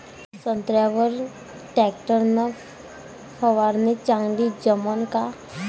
संत्र्यावर वर टॅक्टर न फवारनी चांगली जमन का?